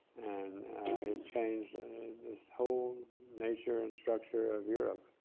and it changed this whole nature and structure of europe.